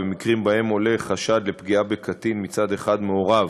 במקרים שבהם עולה חשד לפגיעה בקטין מצד אחד מהוריו,